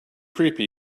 creepy